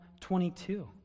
22